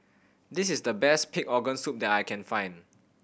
this is the best pig organ soup that I can find